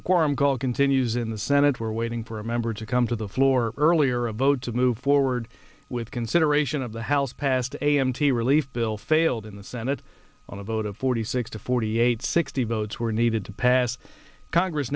the quorum call continues in the senate where waiting for a member to come to the floor earlier a vote to move forward with consideration of the house passed a m t relief bill failed in the senate on a vote of forty six to forty eight sixty votes were needed to pass congress